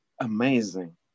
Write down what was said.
Amazing